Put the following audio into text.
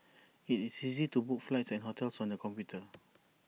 IT is easy to book flights and hotels on the computer